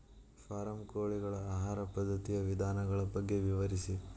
form ಕೋಳಿಗಳ ಆಹಾರ ಪದ್ಧತಿಯ ವಿಧಾನಗಳ ಬಗ್ಗೆ ವಿವರಿಸಿ